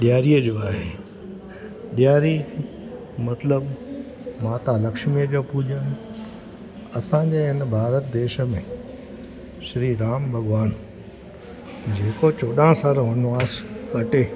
ॾियारीअ जो आहे ॾियारी मतलबु माता लक्ष्मीअ जो पूॼा असांजे हिन भारत देश में श्री राम भॻवानु जेको चोॾहां साल वनवास काटे